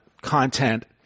content